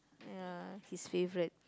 ya his favourite